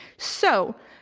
so,